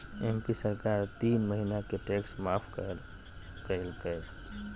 MP सरकार तीन महीना के टैक्स माफ कइल कय